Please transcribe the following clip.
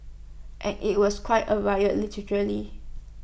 and IT was quite A riot literally